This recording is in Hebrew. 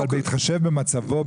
אבל בהתחשב במצבו,